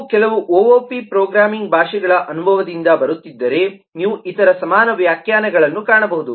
ನೀವು ಕೆಲವು OOP programming ಭಾಷೆಗಳ ಅನುಭವದಿಂದ ಬರುತ್ತಿದ್ದರೆ ನೀವು ಇತರ ಸಮಾನ ವ್ಯಾಖ್ಯಾನಗಳನ್ನು ಕಾಣಬಹುದು